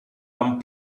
and